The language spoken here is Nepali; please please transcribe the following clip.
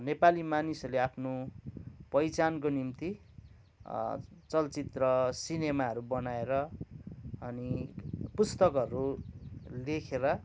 नेपाली मानिसहरूले आफ्नो पहिचानको निम्ती चलचित्र सिनेमाहरू बनाएर अनि पुस्तकहरू लेखेर